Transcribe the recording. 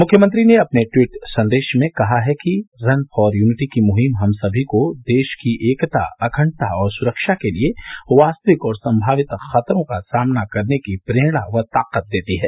मुख्यमंत्री ने अपने ट्वीट संदेश में कहा कि रन फॉर यूनिटी की मुहिम हम सभी को देश की एकता अखण्डता और सुरक्षा के लिये वास्तविक और संमावित खतरों का सामना करने की प्रेरणा व ताकत देती है